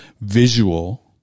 visual